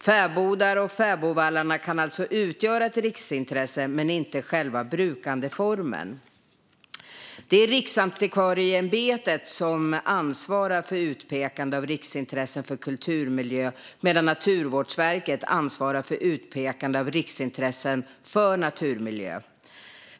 Fäbodar och fäbodvallar kan alltså utgöra ett riksintresse men inte själva brukandeformen. Det är Riksantikvarieämbetet som ansvarar för utpekande av riksintressen för kulturmiljö, medan Naturvårdsverket ansvarar för utpekande av riksintressen för naturmiljö.